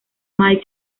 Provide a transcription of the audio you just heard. mike